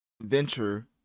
venture